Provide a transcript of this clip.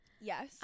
Yes